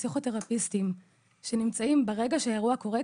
פסיכותרפיסטים שנמצאים ברגע שהאירוע קורה,